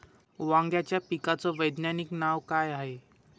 वांग्याच्या पिकाचं वैज्ञानिक नाव का हाये?